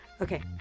Okay